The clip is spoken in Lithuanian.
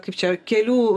kaip čia kelių